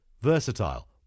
versatile